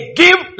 give